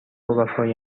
وفای